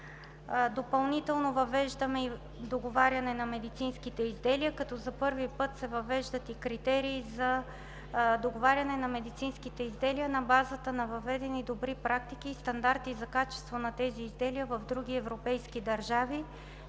Допълнително въвеждаме и договаряне на медицинските изделия, като за първи път се въвеждат и критерии за договаряне на медицинските изделия на базата на въведени добри практики и стандарти за качество на тези изделия в други европейски държави